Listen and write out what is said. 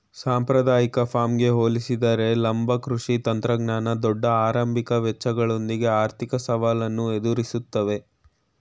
ಸಾಂಪ್ರದಾಯಿಕ ಫಾರ್ಮ್ಗೆ ಹೋಲಿಸಿದರೆ ಲಂಬ ಕೃಷಿ ತಂತ್ರಜ್ಞಾನ ದೊಡ್ಡ ಆರಂಭಿಕ ವೆಚ್ಚಗಳೊಂದಿಗೆ ಆರ್ಥಿಕ ಸವಾಲನ್ನು ಎದುರಿಸ್ತವೆ